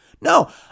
no